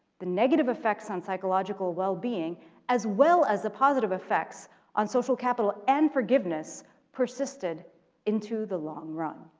the negative effects on psychological wellbeing as well as the positive effects on social capital and forgiveness persisted into the long run.